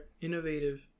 innovative